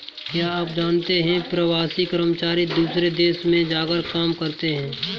क्या आप जानते है प्रवासी कर्मचारी दूसरे देश में जाकर काम करते है?